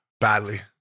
badly